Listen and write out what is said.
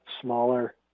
smaller